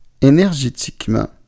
énergétiquement